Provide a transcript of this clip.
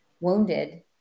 wounded